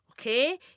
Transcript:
Okay